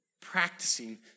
practicing